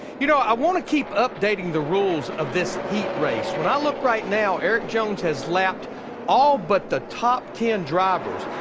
you know, i want to keep updating the rules of this heat race. when i look right now, erik jones has lapped all but the top ten drivers.